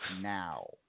now